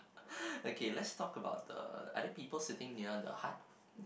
okay let's talk about the are there people sitting near the heart